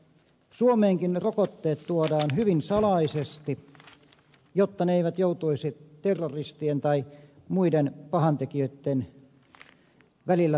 suomeenkin ne rokotteet tuodaan hyvin salaisesti jotta ne eivät joutuisi terroristien tai muiden pahantekijöitten välillä tuhoamiksi